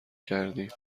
کردیم